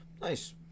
Nice